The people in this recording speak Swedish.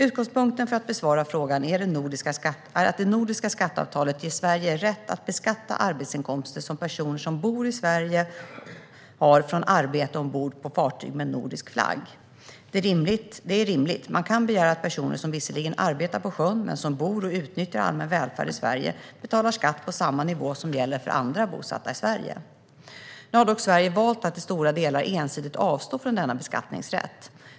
Utgångspunkten för att besvara frågan är att det nordiska skatteavtalet ger Sverige rätt att beskatta arbetsinkomster som personer som bor i Sverige har från arbete ombord på fartyg med nordisk flagg. Det är rimligt; man kan begära att personer som visserligen arbetar på sjön men bor och utnyttjar allmän välfärd i Sverige betalar skatt på samma nivå som gäller för andra bosatta i Sverige. Nu har dock Sverige valt att till stora delar ensidigt avstå från denna beskattningsrätt.